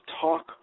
talk